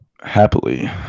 Happily